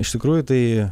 iš tikrųjų tai